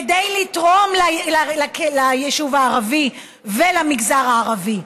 כדי לתרום ליישוב הערבי ולמגזר הערבי.